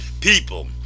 people